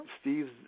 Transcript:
Steve